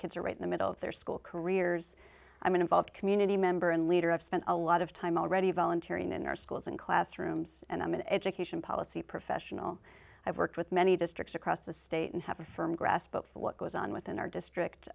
kids are right in the middle of their school careers i mean involved community member and leader i've spent a lot of time already volunteering in our schools and classrooms and i'm an education policy professional i've worked with many districts across the state and have a firm grasp of what goes on within our district